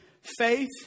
faith